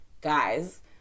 guys